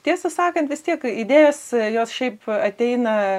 tiesą sakant vis tiek idėjos jos šiaip ateina